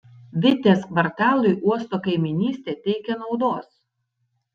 vitės kvartalui uosto kaimynystė teikia naudos